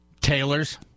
Taylor's